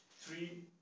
three